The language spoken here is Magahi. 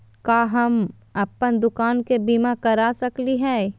का हम अप्पन दुकान के बीमा करा सकली हई?